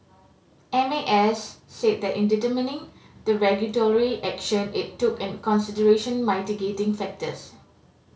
M A S said that in determining the regulatory action it took in consideration mitigating factors